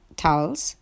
towels